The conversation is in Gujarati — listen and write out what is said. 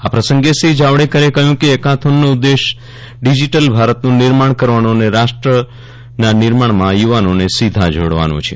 આ પ્રસંગે શ્રી જાવડેકરે કહ્યું કે હેકાથોનનો ઉદ્દેશ ડિજીટલ ભારતનું નિર્માણ કરવાનો અને રાષ્ટ્રનાં નિર્માણમાં યુવાનોને સીધા જોડવાનો છે